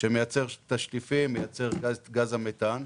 שמייצר תשטיפים, מייצר גז המיתן,